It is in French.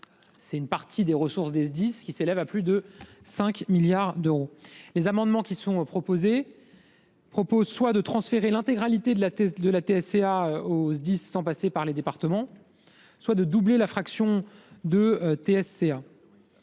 C'est une partie des ressources de ces services, qui s'élèvent à plus de 5 milliards d'euros. Les amendements présentés visent soit à transférer l'intégralité de la TSCA aux Sdis sans passer par les départements, soit de doubler la fraction de TSCA